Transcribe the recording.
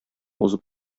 узып